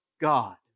God